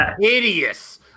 hideous